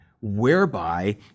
whereby